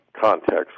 context